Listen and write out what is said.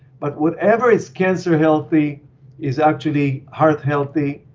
but whatever is cancer healthy is actually heart healthy,